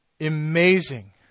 amazing